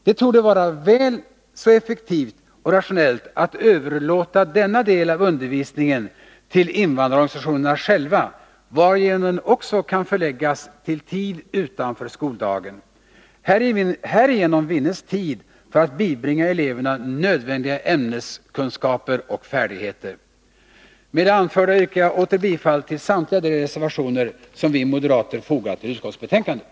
Det torde vara väl så effektivt och rationellt att överlåta denna del av undervisningen till invandrarorganisationerna själva, varigenom den också kan förläggas till tid utanför skoldagen. Härigenom vinnes tid för att bibringa eleverna nödvändiga ämneskunskaper och färdigheter. Med det anförda yrkar jag åter bifall till samtliga de reservationer som vi moderater fogat till utskottsbetänkandet.